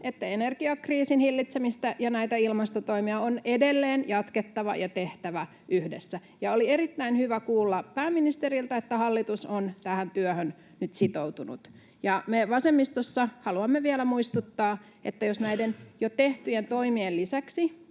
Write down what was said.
että energiakriisin hillitsemistä ja näitä ilmastotoimia on edelleen jatkettava ja tehtävä yhdessä, ja oli erittäin hyvä kuulla pääministeriltä, että hallitus on tähän työhön nyt sitoutunut. Me vasemmistossa haluamme vielä muistuttaa, että jos näiden jo tehtyjen toimien lisäksi,